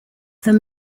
them